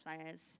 players